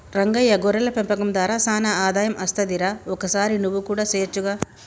రంగయ్య గొర్రెల పెంపకం దార సానా ఆదాయం అస్తది రా ఒకసారి నువ్వు కూడా సెయొచ్చుగా